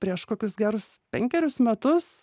prieš kokius gerus penkerius metus